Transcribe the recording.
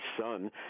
son